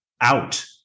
out